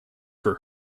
for